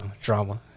Drama